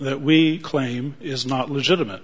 that we claim is not legitimate